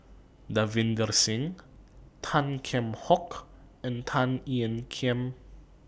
Davinder Singh Tan Kheam Hock and Tan Ean Kiam